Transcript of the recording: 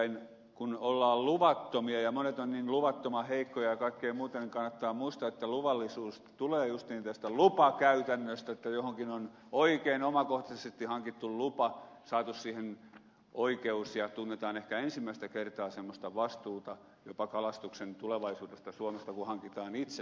nimittäin kun ollaan luvattomia ja monet ovat niin luvattoman heikkoja ja kaikkea muuta niin kannattaa muistaa että luvallisuus tulee justiin tästä lupakäytännöstä että johonkin on oikein omakohtaisesti hankittu lupa saatu siihen oikeus ja tunnetaan ehkä ensimmäistä kertaa semmoista vastuuta jopa kalastuksen tulevaisuudesta suomessa kun hankitaan itse tämä omakohtaisesti